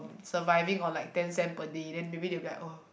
surviving on like ten cent per day then maybe they'll be like oh